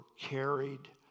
carried